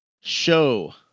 Show